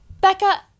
Becca